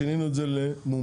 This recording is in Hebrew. שינינו את זה למומחים.